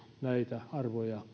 näitä arvoja